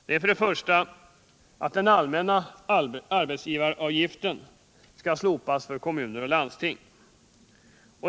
Det är först och främst förslaget att den allmänna arbetsgivaravgiften skall slopas för kommuner och landsting.